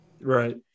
right